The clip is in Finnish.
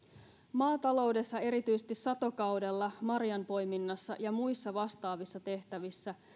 maataloudessa erityisesti satokaudella marjanpoiminnassa ja muissa vastaavissa tehtävissä